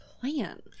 plan